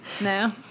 No